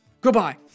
Goodbye